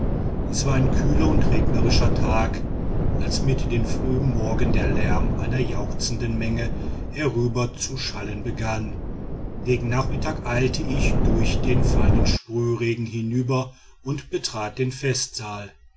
es war ein kühler und regnerischer tag als mit dem frühen morgen der lärm einer jauchzenden menge herüberzuschallen begann gegen nachmittag eilte ich durch den feinen sprühregen hinüber und betrat den festsaal